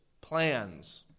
plans